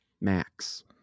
Max